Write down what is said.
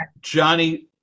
Johnny